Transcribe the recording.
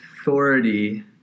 authority